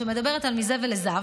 שמדברת על מזבל לזהב,